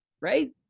Right